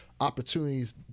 opportunities